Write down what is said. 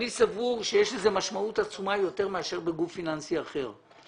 אני סבור שיש לזה משמעות עצומה יותר מאשר בגוף פיננסי אחר.